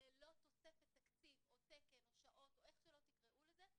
ללא תוספת תקציב או תקן או שעות או איך שלא תקראו לזה,